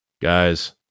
guys